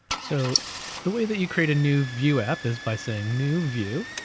so the way that you create a new view app is by saying new view,